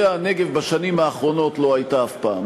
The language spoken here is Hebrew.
הנגב בשנים האחרונות לא הייתה אף פעם.